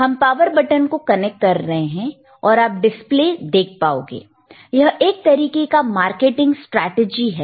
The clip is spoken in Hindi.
हम पावर बटन को कनेक्ट कर रहे हैं और आप डिस्प्ले देख पाओगे यह एक तरीके का मार्केटिंग स्ट्रैटेजी है